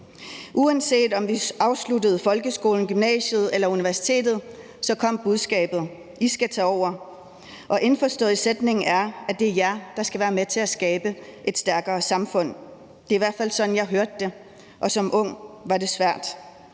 Uanset om vi afsluttede folkeskolen, gymnasiet eller universitetet, så kom budskabet, at I skal tage over, og indforstået i sætningen er, at det er jer, der skal være med til at skabe et stærkere samfund. Det var i hvert fald sådan, jeg hørte det, og som ung var det svært